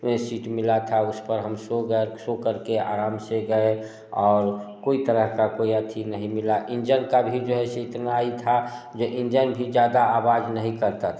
ये सीट मिला था उस पर हम सो गए सो कर के आराम से गए और कोई तरह का कोई अथी नहीं मिला इंजन का भी जो ऐसे इतना ही था जो इंजन भी ज़्यादा आवाज नहीं करता था